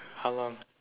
how long